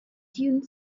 tune